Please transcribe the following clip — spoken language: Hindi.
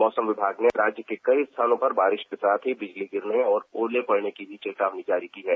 मौसम विभाग ने राज्य के कई स्थानों पर बारिश के साथ ही बिजली गिरने और ओले पड़ने की भी चेतावनी जारी की है